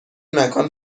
مکان